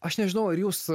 aš nežinau ar jūs